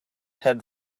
head